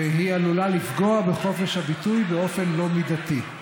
והיא עלולה לפגוע בחופש הביטוי באופן לא מידתי.